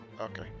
Okay